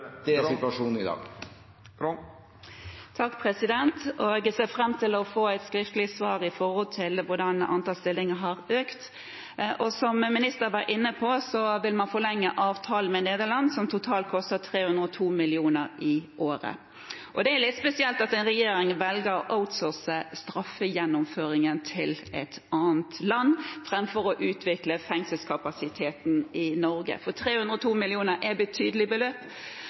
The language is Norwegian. Det er situasjonen i dag. Jeg ser fram til å få et skriftlig svar med hensyn til om antallet stillinger har økt. Og som statsråden var inne på, vil man forlenge avtalen med Nederland, som totalt koster 302 mill. kr i året. Det er litt spesielt at en regjering velger å outsource straffegjennomføringen til et annet land framfor å utvikle fengselskapasiteten i Norge, for 302 mill. kr er et betydelig beløp.